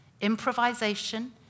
improvisation